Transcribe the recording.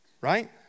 right